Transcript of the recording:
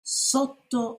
sotto